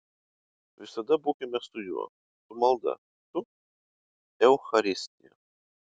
visada būkime su juo su malda su eucharistija